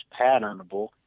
patternable